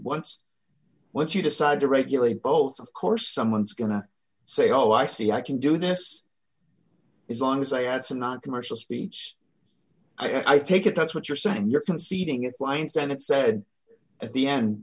once once you decide to regulate both of course someone's going to say oh i see i can do this is on sale at some noncommercial speech i take it that's what you're saying you're conceding it's lines then it said at the end